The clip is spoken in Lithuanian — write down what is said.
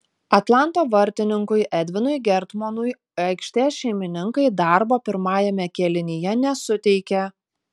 atlanto vartininkui edvinui gertmonui aikštės šeimininkai darbo pirmajame kėlinyje nesuteikė